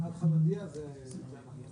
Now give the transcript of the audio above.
עד חמדיה זה אנחנו.